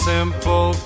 Simple